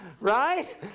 right